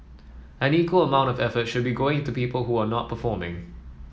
an equal amount of effort should be going into people who are not performing